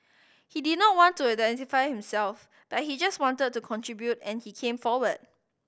he did not want to identify himself but he just wanted to contribute and he came forward